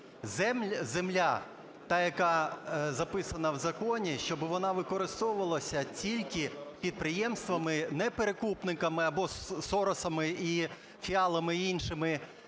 земля та, яка записана в законі, щоби вона використовувалася тільки підприємствами, не перекупниками або "соросами" і "фіалами", і іншими